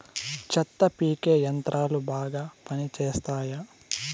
చెత్త పీకే యంత్రాలు బాగా పనిచేస్తాయా?